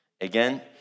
Again